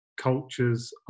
cultures